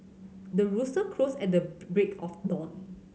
the rooster crows at the break of dawn